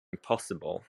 impossible